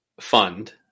fund